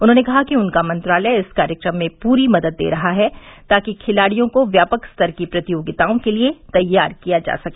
उन्होंने कहा कि उनका मंत्रालय इस कार्यक्रम में पूरी मदद दे रहा है ताकि खिलाड़ियों को व्यापक स्तर की प्रतियोगिताओं के लिए तैयार किया जा सके